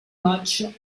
matchs